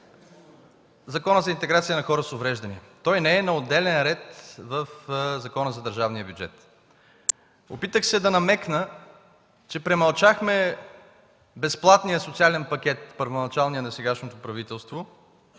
Закона за интеграция на хората с увреждания, той не е на отделен ред в Закона за държавния бюджет. Опитах се да намекна, че премълчахме първоначалния безплатен социален пакет на сегашното правителство